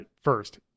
first